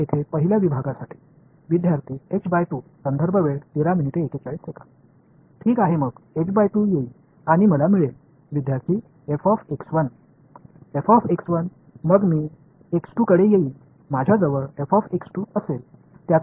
எனவே முழு ஒருங்கிணைப்பையும் லிருந்து வரை கண்டுபிடிக்க இந்த ட்ரெப்சாய்டல் விதியைப் பயன்படுத்த விரும்பினால் இந்த ஒவ்வொரு பிரிவிற்கும் பங்களிப்பை நான் சேர்க்க வேண்டும்